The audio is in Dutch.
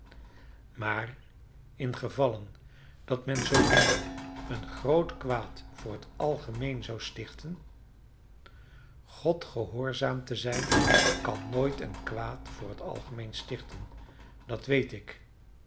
maar in gevallen dat men zoo doende een groot kwaad voor het algemeen zou stichten god gehoorzaam te zijn kan nooit geen kwaad voor het algemeen stichten dat weet ik